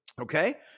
Okay